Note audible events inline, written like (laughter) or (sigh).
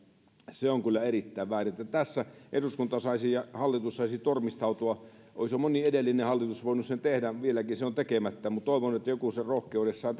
se on kyllä erittäin väärin tässä eduskunta saisi ja hallitus saisi tormistautua olisi jo moni edellinen hallitus voinut sen tehdä vieläkin se on tekemättä mutta toivon että joku sen rohkeudessaan (unintelligible)